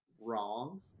wrong